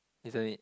isn't it